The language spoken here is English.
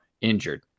injured